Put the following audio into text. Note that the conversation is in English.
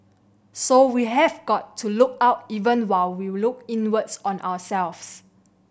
so we have got to look out even while we look inwards on ourselves